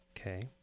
okay